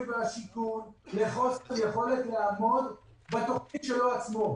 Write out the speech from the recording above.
והשיכון לחוסר יכולת לעמוד בתוכנית שלו עצמו.